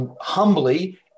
humbly